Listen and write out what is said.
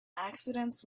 accidents